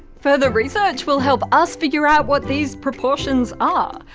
further research will help us figure out what these proportions ah